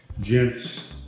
gents